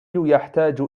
يحتاج